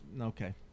Okay